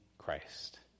Christ